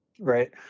Right